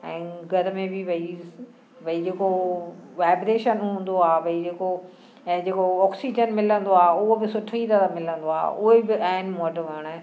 ऐं घर में बि भई भई जेको वाइब्रेशन हूंदो आहे भई जेको जेको ऑक्सीजन मिलंदो आहे हू बि सुठी तरह मिलंदो आहे उहे बि आहिनि मूं वटि वण